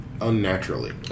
unnaturally